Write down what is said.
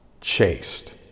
chased